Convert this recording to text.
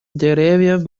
деревьев